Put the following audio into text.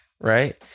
right